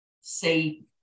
say